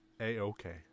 A-okay